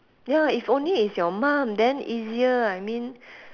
ya if only it's your mum then easier I mean